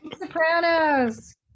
Sopranos